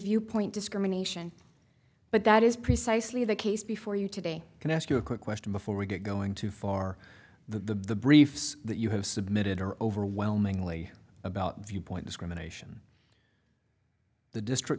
viewpoint discrimination but that is precisely the case before you today can ask you a quick question before we get going too far the briefs that you have submitted are overwhelmingly about viewpoint discrimination the district